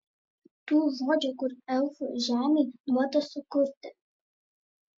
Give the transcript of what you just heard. tų žodžių kur elfų žemei duota sukurti